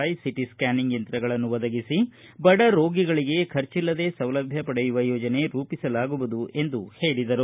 ಆಯ್ CT scanning ಯಂತ್ರಗಳನ್ನು ಒದಗಿಸಿ ಬಡ ರೋಗಿಗಳಿಗೆ ಖರ್ಚಲ್ಲದೇ ಸೌಲಭ್ವ ಪಡೆಯುವ ಯೋಜನೆ ರೂಪಿಸಲಾಗುವದು ಎಂದು ಹೇಳಿದರು